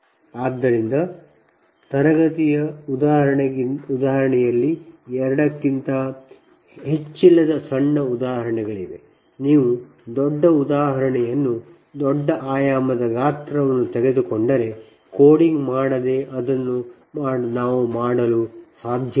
ಆದ್ದರಿಂದ ತರಗತಿಯ ಉದಾಹರಣೆಯಲ್ಲಿ ಎರಡಕ್ಕಿಂತ ಹೆಚ್ಚಿಲ್ಲದ ಸಣ್ಣ ಉದಾಹರಣೆಗಳಿವೆ ನೀವು ದೊಡ್ಡ ಉದಾಹರಣೆಯನ್ನು ದೊಡ್ಡ ಆಯಾಮದ ಗಾತ್ರವನ್ನು ತೆಗೆದುಕೊಂಡರೆ ಕೋಡಿಂಗ್ ಮಾಡದೆ ನಾವು ಅದನ್ನು ಮಾಡಲು ಸಾಧ್ಯವಿಲ್ಲ